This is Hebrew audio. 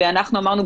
ואנחנו אמרנו,